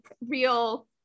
real